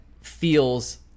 feels